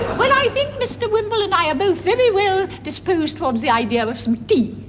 well, i think mr wimble and i are both very well disposed towards the idea of some tea.